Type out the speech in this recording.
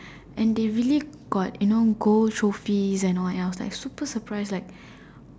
and they really got you know gold trophies and all and I was like super surprise like